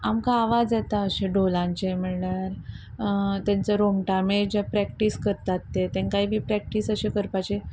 आमकां आवाज येता अशें ढोलांचे म्हणल्यार तेंचो रोमटामेळ जे प्रॅक्टीस करतात तेंकांय बी प्रॅक्टीस अशे करपाचे